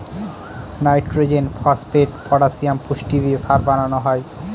nitrogen, phosphate, potassium পুষ্টি দিয়ে সার বানানো হয়